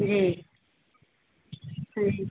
जी हाँ जी